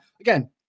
again